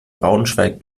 braunschweig